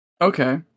Okay